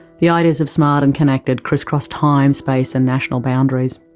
the ideas of smart and connected crisscross time, space and national boundaries.